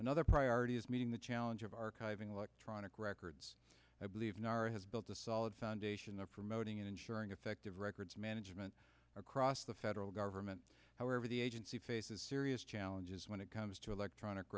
another priority is meeting the challenge of archiving electronic records i believe has built a solid foundation of promoting and ensuring effective records management across the federal government the agency faces serious challenges when it comes to electronic